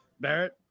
Barrett